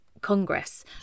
congress